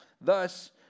Thus